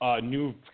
new